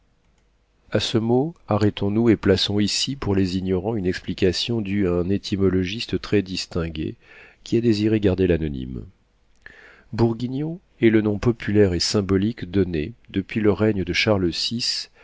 a ce mot arrêtons-nous et plaçons ici pour les ignorants une explication due à un étymologiste très-distingué qui a désiré garder l'anonyme bourguignon est le nom populaire et symbolique donné depuis le règne de charles vi